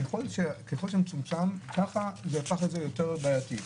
ככל שזה מצומצם ככה זה הפך את זה ליותר בעייתי.